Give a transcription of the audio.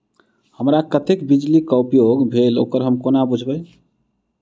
हमरा कत्तेक बिजली कऽ उपयोग भेल ओकर हम कोना बुझबै?